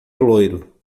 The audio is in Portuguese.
loiro